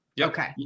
Okay